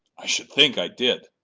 i should think i did!